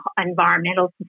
environmental